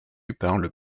parlent